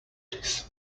this